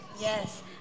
yes